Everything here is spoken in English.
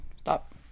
stop